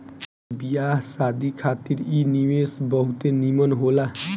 बियाह शादी खातिर इ निवेश बहुते निमन होला